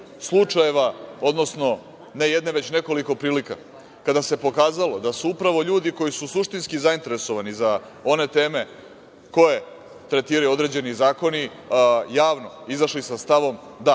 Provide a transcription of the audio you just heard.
slučajeva, odnosno ne jedne već nekoliko prilika kada se pokazalo da su upravo ljudi koji su suštinski zainteresovani za one teme koje tretiraju određeni zakoni javno izašli sa stavom – da,